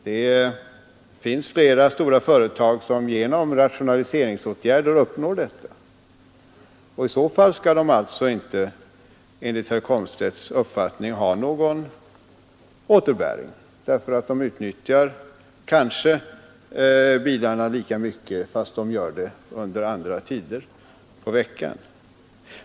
Det finns flera stora företag som genom rationaliseringsåtgärder uppnår detta. I så fall skall de enligt herr Komstedts uppfattning inte ha någon återbäring; de kanske utnyttjar bilarna lika mycket, fast detta sker under veckans andra tider.